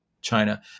China